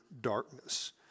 darkness